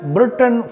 Britain